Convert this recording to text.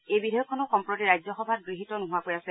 এই বিধেয়কখনো সম্প্ৰতি ৰাজ্যসভাত গৃহীত নোহোৱাকৈ আছে